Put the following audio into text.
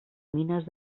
mines